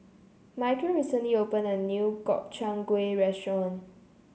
Michale recently opened a new Gobchang Gui Restaurant